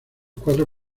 cuatro